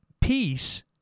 peace